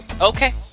Okay